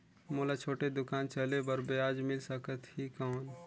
मोला छोटे दुकान चले बर ब्याज मिल सकत ही कौन?